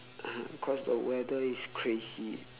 because the weather is crazy